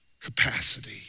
capacity